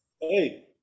Hey